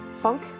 funk